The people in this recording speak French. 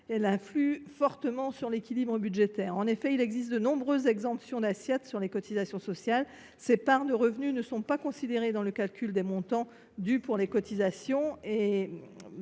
qui influe fortement sur l’équilibre budgétaire. En effet, il existe de nombreuses exemptions d’assiette sur les cotisations sociales. Ces parts de revenu ne sont pas considérées dans le calcul des montants dus pour les cotisations